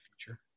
future